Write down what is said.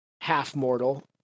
half-mortal